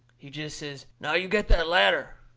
he jest says now, you get that ladder.